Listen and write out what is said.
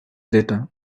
later